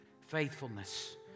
faithfulness